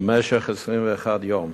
למשך 21 יום.